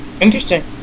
Interesting